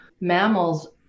Mammals